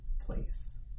place